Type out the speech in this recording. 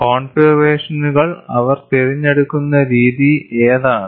കോൺഫിഗറേഷനുകൾ അവർ തിരഞ്ഞെടുക്കുന്ന രീതി ഏതാണ്